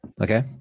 okay